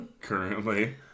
currently